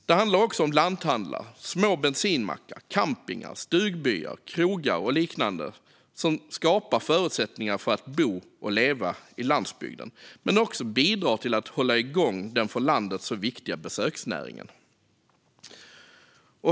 Det handlar också om lanthandlar, små bensinmackar, campingar, stugbyar, krogar och liknande som skapar förutsättningar för att bo och leva i landsbygden men som också bidrar till att hålla igång den för landet så viktiga besöksnäringen.